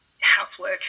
housework